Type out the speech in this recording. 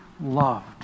loved